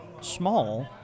small